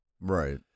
Right